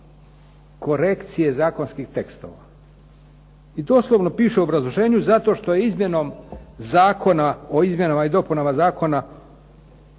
korekcije zakonskih tekstova i doslovno piše u obrazloženju zato što je izmjenom zakona o izmjenama i dopunama Zakona